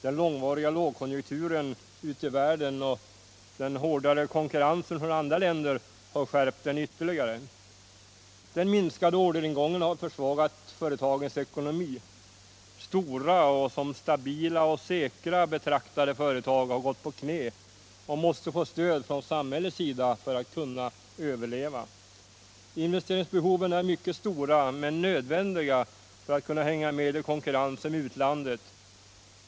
Den långvariga lågkonjunkturen ute i världen och den hårdare konkurrensen från andra länder har skärpt den ytterligare. Den minskade orderingången har försvagat företagens ekonomi. Stora och som stabila och säkra betraktade företag har gått ner på knä och måste få stöd från samhällets sida för att kunna överleva. Investeringsbehoven är mycket stora men nödvändiga för att företagen skall kunna hänga med i konkurrensen med utlandet.